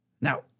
Now